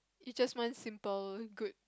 is just one simple good